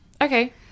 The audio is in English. Okay